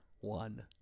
one